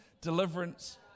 deliverance